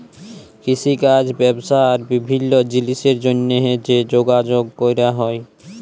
কিষিকাজ ব্যবসা আর বিভিল্ল্য জিলিসের জ্যনহে যে যগাযগ ক্যরা হ্যয়